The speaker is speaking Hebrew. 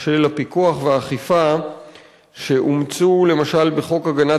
של הפיקוח והאכיפה שאומצו למשל בחוק הגנת